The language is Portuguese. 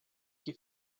que